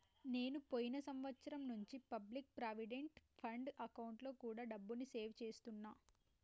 నేను పోయిన సంవత్సరం నుంచి పబ్లిక్ ప్రావిడెంట్ ఫండ్ అకౌంట్లో కూడా డబ్బుని సేవ్ చేస్తున్నా